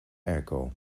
airco